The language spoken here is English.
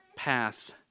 path